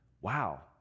Wow